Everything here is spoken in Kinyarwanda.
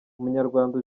umunyarwanda